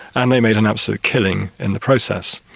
and they made an absolute killing in the process.